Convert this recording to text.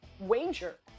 wager